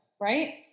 right